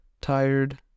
tired